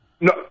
No